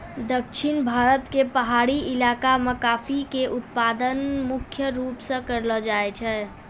दक्षिण भारत के पहाड़ी इलाका मॅ कॉफी के उत्पादन मुख्य रूप स करलो जाय छै